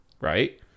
Right